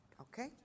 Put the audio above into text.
okay